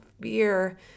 fear